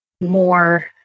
more